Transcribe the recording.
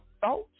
thoughts